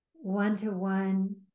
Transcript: one-to-one